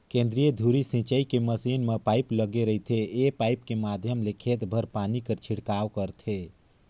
केंद्रीय धुरी सिंचई के मसीन म पाइप लगे रहिथे ए पाइप के माध्यम ले खेत भर पानी कर छिड़काव करथे